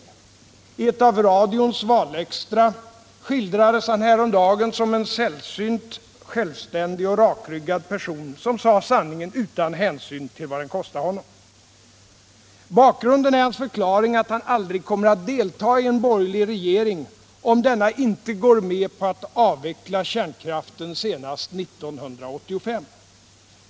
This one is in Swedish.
I ett av radions valextra skildrades han häromdagen som en sällsynt självständig och rakryggad person, som sa sanningen utan hänsyn till vad den kostade honom. Bakgrunden är hans förklaring att han aldrig kommer att delta i en borgerlig regering om denna icke går med på att avveckla kärnkraften senast 1985.